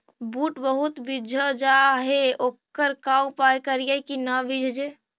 बुट बहुत बिजझ जा हे ओकर का उपाय करियै कि न बिजझे?